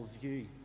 view